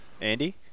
Andy